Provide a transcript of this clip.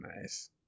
Nice